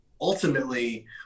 ultimately